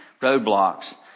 roadblocks